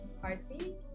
party